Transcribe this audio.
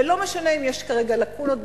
ולא משנה אם יש כרגע לקונות בחוק,